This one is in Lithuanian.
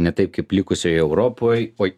ne taip kaip likusioj europoj oi